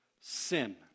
sin